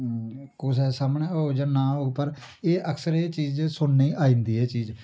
कुसै सामनै होग जां न होग पर एह् अक्सर एह् चीज सुनने आई जंदी एह् चीज